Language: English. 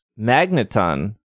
Magneton